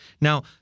Now